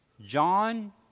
John